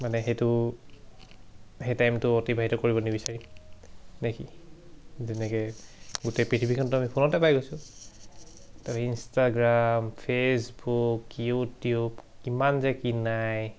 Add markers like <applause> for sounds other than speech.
মানে সেইটো সেই টাইমটো অতিবাহিত কৰিব নিবিচাৰিম নেকি যেনেকৈ গোটেই পৃথিৱীখনটো আমি ফোনতে পাই গৈছোঁ <unintelligible> ইনষ্টাগ্ৰাম ফে'চবুক ইউটিউব কিমান যে কি নাই